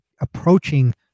approaching